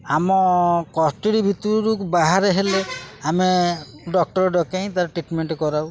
ଆମ କଷ୍ଟଡ଼ି ଭିତରୁକୁ ବାହାରେ ହେଲେ ଆମେ ଡକ୍ଟର ଡକାଇ ତା'ର ଟ୍ରିଟମେଣ୍ଟ କରାଉ